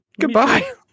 Goodbye